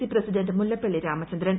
C president Mullappally Ramachandran